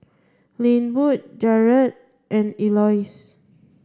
Linwood Jarad and Elois